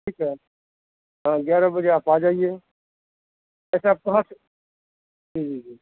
ٹھیک ہے تو گیارہ بجے آپ آ جائیے ویسے آپ کہاں سے جی جی جی